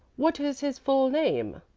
what is his full name?